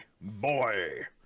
boy